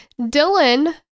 Dylan